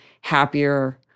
happier